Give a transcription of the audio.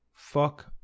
fuck